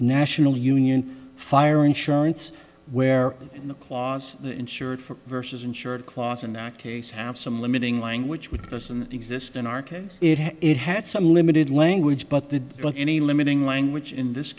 national union fire insurance where in the clause the insured for vs insured clause in that case have some limiting language would doesn't exist in our case it had some limited language but the law any limiting language in this